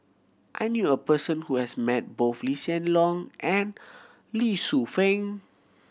I knew a person who has met both Lee Hsien Loong and Lee Shu Fen